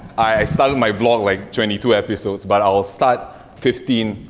i started my vlog, like, twenty two episodes, but i will start fifteen